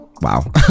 wow